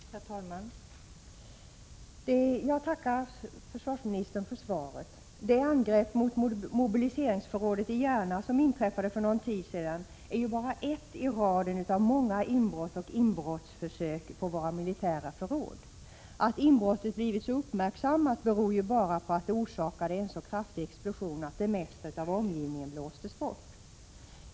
Herr talman! Jag tackar försvarsministern för svaret. Det angrepp mot mobiliseringsförrådet i Järna som inträffade för någon tid sedan är ju bara ett av många inbrott och inbrottsförsök i våra militära förråd. Att inbrottet har blivit så uppmärksammat beror ju bara på att det orsakade en så kraftig explosion att det mesta av omgivningen blåstes bort.